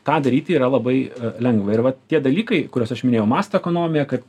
tą daryti yra labai lengva ir vat tie dalykai kuriuos aš minėjau masto ekonomija kad